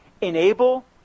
enable